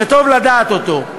שטוב לדעת אותו.